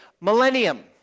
Millennium